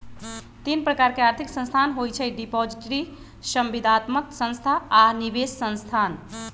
तीन प्रकार के आर्थिक संस्थान होइ छइ डिपॉजिटरी, संविदात्मक संस्था आऽ निवेश संस्थान